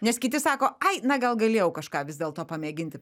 nes kiti sako ai na gal galėjau kažką vis dėlto pamėginti